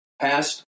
past